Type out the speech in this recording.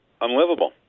unlivable